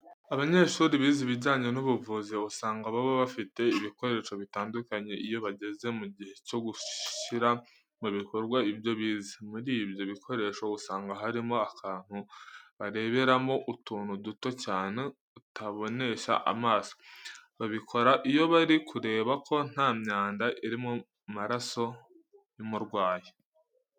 Abanyeshuri bize ibijyanye n'ubuvuzi usanga baba bafite ibikoresho bitandukanye iyo bageze mu gihe cyo gushyira mu bikorwa ibyo bize, muri ibyo bikoresho usanga harimo, akantu bareberamo utuntu duto cyane utabonesha amaso. Babikora iyo bari kureba ko nta myanda iri mu maraso y'umurwayi.